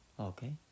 Okay